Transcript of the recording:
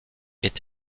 est